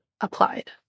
applied